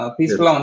Peaceful